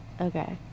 Okay